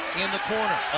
in the corner.